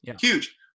huge